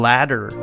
Ladder